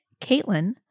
Caitlin